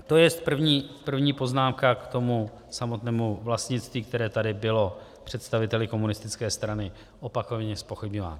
To jest první poznámka k tomu samotnému vlastnictví, které tady bylo představiteli komunistické strany opakovaně zpochybňováno.